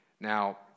Now